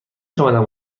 توانم